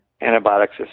Antibiotics